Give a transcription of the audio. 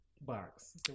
box